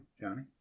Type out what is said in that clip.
Johnny